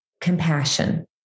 compassion